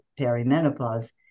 perimenopause